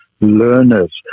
learners